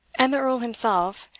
and the earl himself,